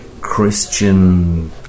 Christian